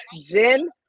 Jen